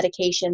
medications